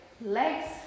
legs